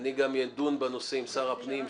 אני אדון בנושא עם שר הפנים,